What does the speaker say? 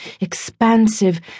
expansive